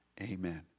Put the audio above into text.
amen